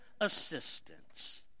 assistance